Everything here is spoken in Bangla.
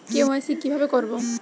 কে.ওয়াই.সি কিভাবে করব?